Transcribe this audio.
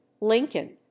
lincoln